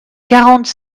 quarante